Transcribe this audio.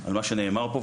מסכים למה שנאמר פה,